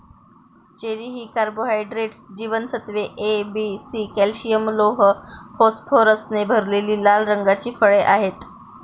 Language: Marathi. चेरी ही कार्बोहायड्रेट्स, जीवनसत्त्वे ए, बी, सी, कॅल्शियम, लोह, फॉस्फरसने भरलेली लाल रंगाची फळे आहेत